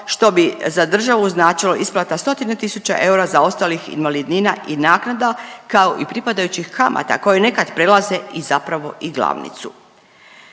što bi za državu značilo isplata stotine tisuća eura zaostalih invalidnina i naknada, kao i pripadajućih kamata koje nekad prelaze i zapravo i glavnicu.